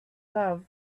love